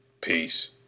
Peace